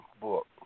book